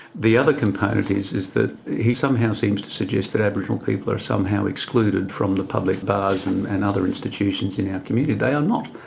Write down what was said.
the other component is is that he somehow seems to suggest that aboriginal people are somehow excluded from the public bars and and other institutions in our community. they are not.